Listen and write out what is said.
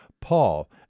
paul